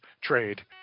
trade